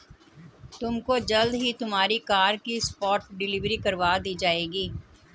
तुमको जल्द ही तुम्हारी कार की स्पॉट डिलीवरी करवा दी जाएगी